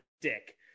dick